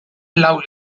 lau